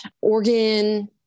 organ